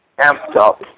amped-up